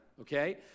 okay